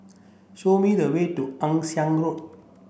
show me the way to Ann Siang Road